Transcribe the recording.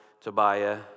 Tobiah